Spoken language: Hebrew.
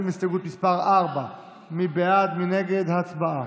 מספר שווה למפלגה עם שישה מנדטים.